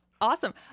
Awesome